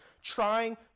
trying